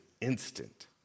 instant